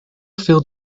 failed